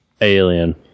alien